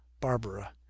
barbara